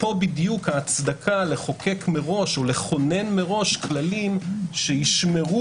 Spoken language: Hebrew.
פה בדיוק ההצדקה לכונן מראש כללים שישמרו